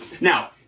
Now